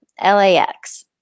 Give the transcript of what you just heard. LAX